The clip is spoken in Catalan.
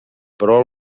però